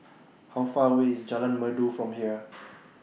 How Far away IS Jalan Merdu from here